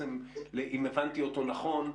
בעצם אם הבנתי אותו נכון,